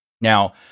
Now